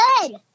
Good